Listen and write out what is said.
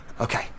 Okay